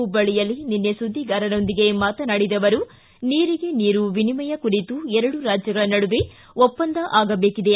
ಹುಬ್ಲಳ್ಳಿಯಲ್ಲಿ ನಿನ್ನೆ ಸುದ್ವಿಗಾರರೊಂದಿಗೆ ಮಾತನಾಡಿದ ಅವರು ನೀರಿಗೆ ನೀರು ವಿನಿಮಯ ಕುರಿತು ಎರಡೂ ರಾಜ್ಯಗಳ ನಡುವೆ ಒಪ್ಪಂದ ಆಗಬೇಕಿದೆ